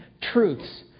truths